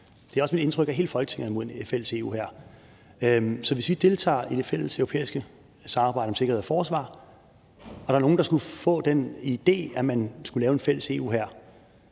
Det er også mit indtryk, at hele Folketinget er imod en fælles EU-hær. Så hvis vi deltager i det fælleseuropæiske samarbejde om sikkerhed og forsvar og der er nogle, der skulle få den idé, at man skulle lave en fælles EU-hær,